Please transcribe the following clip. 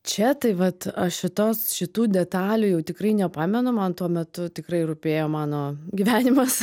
čia tai vat aš šitos šitų detalių jau tikrai nepamenu man tuo metu tikrai rūpėjo mano gyvenimas